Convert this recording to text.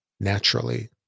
naturally